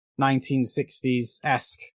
1960s-esque